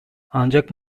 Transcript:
ancak